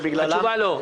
התשובה היא לא.